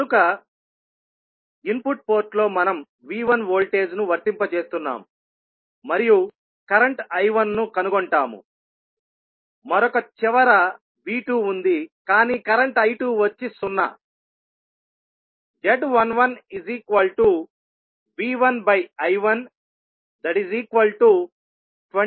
కనుక ఇన్పుట్ పోర్టులో మనం V1 వోల్టేజ్ ను వర్తింపజేస్తున్నాము మరియు కరెంట్ I1 ను కనుగొంటాముమరొక చివర V2 ఉంది కానీ కరెంట్ I2 వచ్చి 0